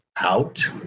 out